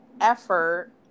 effort